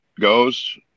goes